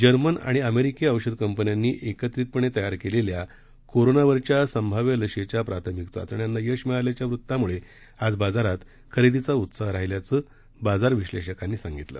German आणि अमेरिकी औषध कंपन्यांनी एकत्रितपणे तयार केलेल्या कोरोनावरच्या संभाव्य लसीच्या प्राथमिक चाचण्यांना यश मिळाल्याच्या वृत्तामुळे आज बाजारात खरेदीचा उत्साह राहिल्याचं बाजार विश्लेषकांनी सांगितलं